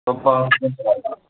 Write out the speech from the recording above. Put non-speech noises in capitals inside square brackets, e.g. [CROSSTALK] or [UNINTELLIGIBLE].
இப்போது [UNINTELLIGIBLE]